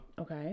Okay